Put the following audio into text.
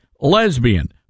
lesbian